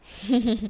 c